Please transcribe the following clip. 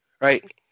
Right